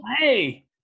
hey